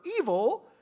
evil